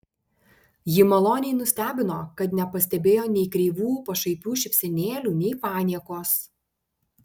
jį maloniai nustebino kad nepastebėjo nei kreivų pašaipių šypsenėlių nei paniekos